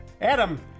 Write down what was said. Adam